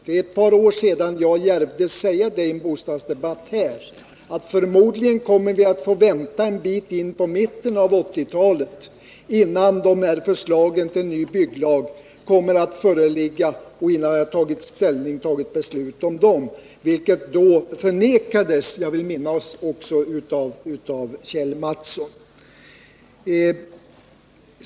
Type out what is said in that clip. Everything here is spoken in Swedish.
Det är ett par år sedan jag i en bostadsdebatt här djärvdes säga att vi förmodligen kommer att få vänta en bra bit in på 1980-talet innan några förslag till ny bygglag kommer att föreligga och innan vi fattat beslut om den. Detta förnekades då, vill jag minnas, också av Kjell Mattsson.